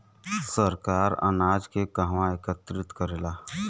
सरकार अनाज के कहवा एकत्रित करेला?